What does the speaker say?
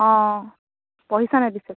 অঁ পঢ়িছানে পিছে